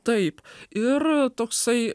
taip ir toksai